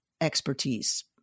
expertise